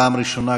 פעם ראשונה